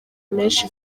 menshi